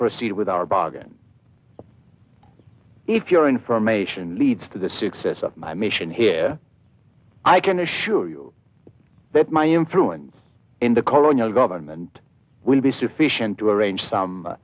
our bargain if your information leads to the success of my mission here i can assure you that my influence in the colonial government will be sufficient to arrange some